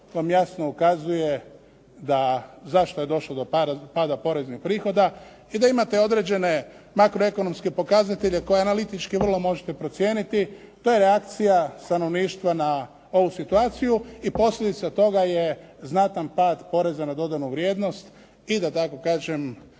vam jasno ukazuje zašto je došlo do pada poreznih prihoda i da imate određene makro ekonomske pokazatelje koje analitički vrlo možete procijeniti. To je reakcija stanovništva na ovu situaciju i posljedica toga je znatan pad poreza na dodanu vrijednost i da tako kažem